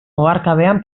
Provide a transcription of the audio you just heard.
oharkabean